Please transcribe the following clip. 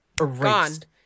erased